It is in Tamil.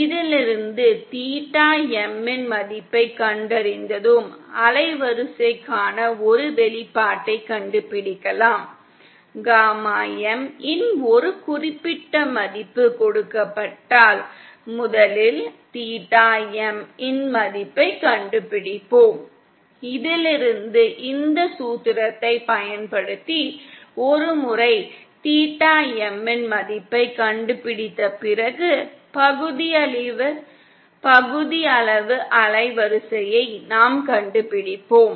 இதிலிருந்து தீட்டா M இன் மதிப்பைக் கண்டறிந்ததும் அலைவரிசைக்கான ஒரு வெளிப்பாட்டைக் கண்டுபிடிக்கலாம் காமா M இன் ஒரு குறிப்பிட்ட மதிப்பு கொடுக்கப்பட்டால் முதலில் தீட்டா M இன் மதிப்பைக் கண்டுபிடிப்போம் இதிலிருந்து இந்த சூத்திரத்தைப் பயன்படுத்தி ஒரு முறை தீட்டா M இன் மதிப்பைக் கண்டுபிடித்த பிறகு பகுதியளவு அலைவரிசையை நாம் கண்டுபிடிப்போம்